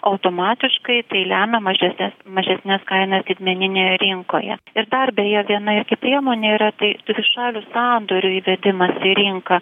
automatiškai tai lemia mažesnes mažesnes kainas didmeninėje rinkoje ir dar beje viena kaip priemonių yra tai dvišalių sandorių įvedimas į rinką